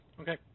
Okay